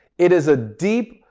it is a deep,